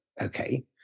Okay